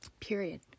Period